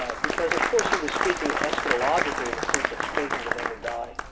ah because of course, he was speaking eschatalogically in the sense that spurgeon would never die,